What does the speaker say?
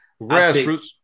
Grassroots